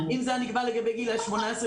אם זה היה נקבע לגבי גילאי 18,